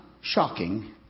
shocking